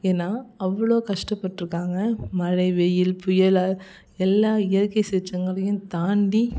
ஏன்னா அவ்வளோ கஷ்டப்பட்டிருக்காங்க மழை வெயில் புயலாக எல்லா இயற்கைச் சீற்றங்களையும் தாண்டி